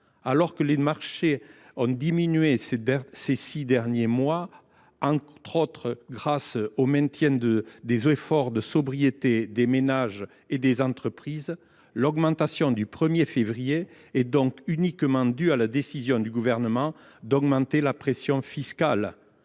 tarifs sur les marchés ont diminué durant les six derniers mois, notamment grâce aux efforts de sobriété des ménages et des entreprises, l’augmentation du 1 février est uniquement due à la décision du Gouvernement d’augmenter la pression fiscale.